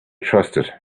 trusted